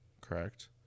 Correct